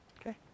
Okay